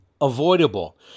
avoidable